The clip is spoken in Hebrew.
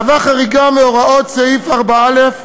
מהווה חריגה מהוראות סעיף 4(א)